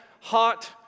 hot